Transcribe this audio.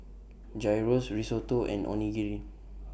Gyros Risotto and Onigiri